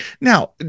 Now